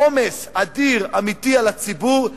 עומס אדיר אמיתי על הציבור,